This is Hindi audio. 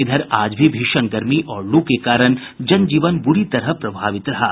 इधर आज भी भीषण गर्मी और लू के कारण जन जीवन बुरी तरह प्रभावित रहा है